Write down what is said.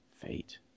Fate